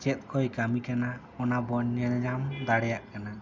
ᱪᱮᱫ ᱠᱚᱭ ᱠᱟᱹᱢᱤ ᱠᱟᱱᱟ ᱚᱱᱟ ᱵᱚᱱ ᱧᱮᱞ ᱧᱟᱢ ᱫᱟᱲᱮᱭᱟᱜ ᱠᱟᱱᱟ